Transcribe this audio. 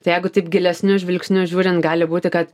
tai jegu taip gilesniu žvilgsniu žiūrint gali būti kad